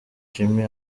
jimmy